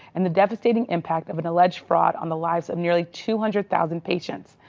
and the devastating impact of an alleged fraud on the lives of nearly two hundred thousand patients.